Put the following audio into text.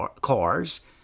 cars